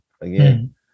again